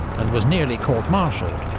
and was nearly court-martialled,